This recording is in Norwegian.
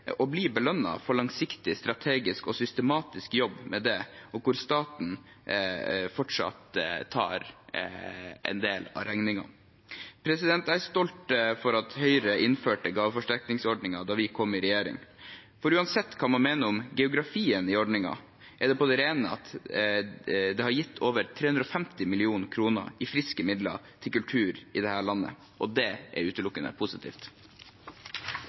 å bli belønnet for langsiktig, strategisk og systematisk jobb med det, og der staten fortsatt tar en del av regningen. Jeg er stolt over at Høyre innførte gaveforsterkningsordningen da vi kom i regjering. For uansett hva man mener om geografien i ordningen, er det på det rene at det har gitt over 350 mill. kr i friske midler til kultur i dette landet, og det er utelukkende positivt.